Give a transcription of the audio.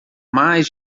mais